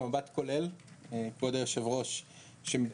אבל בסוף הנכונות צריכה להגיע מתוך הרשויות ואחד הדברים שעמדנו